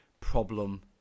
problem